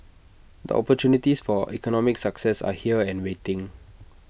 the opportunities for economic success are here and waiting